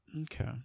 Okay